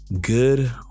good